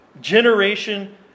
generation